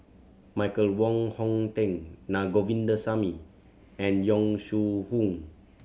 Michael Wong Hong Teng Na Govindasamy and Yong Shu Hoong